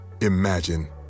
Imagine